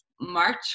March